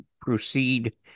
proceed